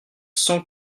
cent